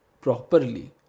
properly